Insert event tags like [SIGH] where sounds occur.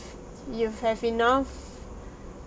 you have enough [BREATH]